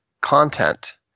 content